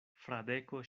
fradeko